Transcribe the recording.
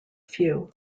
few